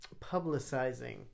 publicizing